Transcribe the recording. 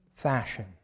fashion